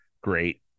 great